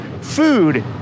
food